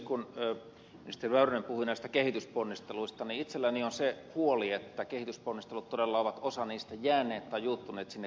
kun ministeri väyrynen puhui näistä kehitysponnisteluista niin itselläni on se huoli että kehitysponnistelut todella ovat osa niistä jääneet tai juuttuneet sinne kabuliin